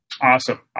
awesome